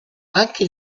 anche